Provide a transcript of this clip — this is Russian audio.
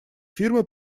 фирмы